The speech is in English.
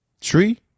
tree